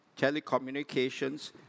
telecommunications